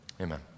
Amen